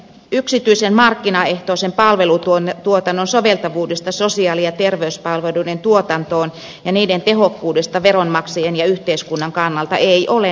yksityisen markkinaehtoisen palvelutuotannon soveltuvuudesta sosiaali ja terveyspalveluiden tuotantoon ja sen tehokkuudesta veronmaksajien ja yhteiskunnan kannalta ei ole näyttöä